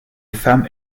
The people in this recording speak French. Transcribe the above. femmes